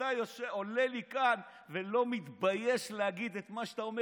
ואתה עולה לי כאן ולא מתבייש להגיד את מה שאתה אומר.